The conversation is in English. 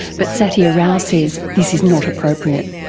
but sathya rao says this is not appropriate.